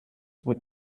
would